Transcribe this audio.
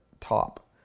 top